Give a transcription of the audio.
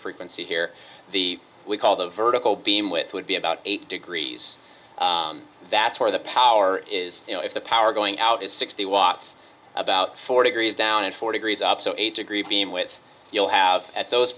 frequency here the we call the vertical beamwidth would be about eight degrees that's where the power is you know if the power going out is sixty watts about four degrees down and four degrees up so eight degrees beamwidth you'll have at those